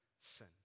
sin